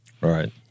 Right